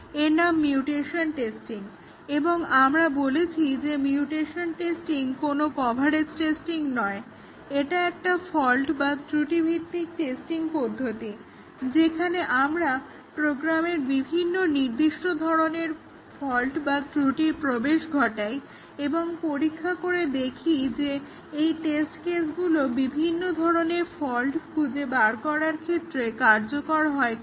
এর নাম mutation testing এবং আমরা বলেছি যে মিউটেশন টেস্টিং কোনো কভারেজ টেস্টিং নয় এটা একটা ফল্ট বা ত্রুটি ভিত্তিক টেস্টিং পদ্ধতি যেখানে আমরা প্রোগ্রামের মধ্যে নির্দিষ্ট ধরণের ফল্ট বা ত্রুটির প্রবেশ ঘটানো হয় এবং পরীক্ষা করে দেখি যে এই টেস্ট কেসগুলো বিভিন্ন ধরণের ফল্ট খুঁজে বের করার ক্ষেত্রে কার্যকর হয় কিনা